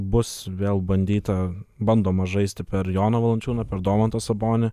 bus vėl bandyta bandoma žaisti per joną valančiūną per domantą sabonį